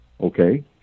Okay